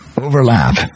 overlap